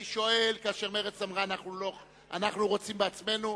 אני שואל, ומרצ אמרה: אנחנו רוצים בעצמנו.